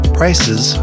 prices